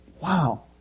wow